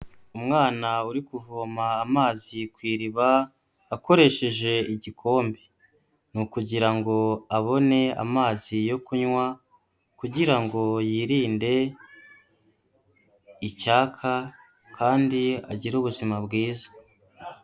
Umwana uri kuvoma amazi ku iriba akoresheje igikombe, ni ukugira ngo abone amazi yo kunywa kugira ngo yirinde icyaka kandi agire ubuzima bwiza.